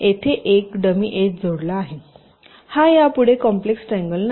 तर हा यापुढे कॉम्प्लेक्स ट्रायंगल नाही